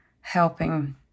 helping